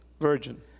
virgin